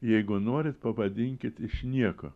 jeigu norit pavadinkit iš nieko